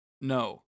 No